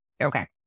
Okay